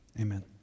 Amen